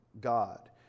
God